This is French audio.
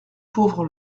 pauvre